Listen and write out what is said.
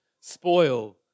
spoil